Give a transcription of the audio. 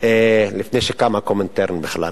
לפני שקם הקומינטרן בכלל.